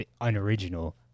unoriginal